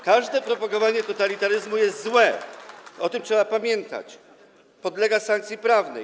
Każde propagowanie totalitaryzmu jest złe, o tym trzeba pamiętać, podlega sankcji prawnej.